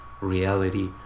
reality